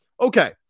Okay